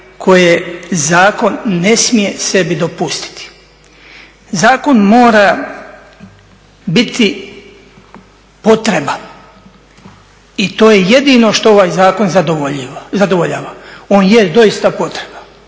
koje zakon ne smije sebi dopustiti. Zakon mora biti potreba i to je jedino što ovaj zakon zadovoljava, on je doista potreba.